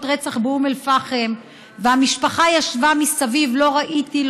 רצח באום אל-פחם והמשפחה ישבה מסביב: לא ראיתי,